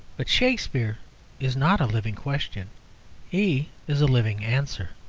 but shakspere is not a living question he is a living answer.